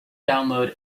download